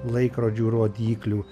laikrodžių rodyklių